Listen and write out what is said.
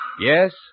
Yes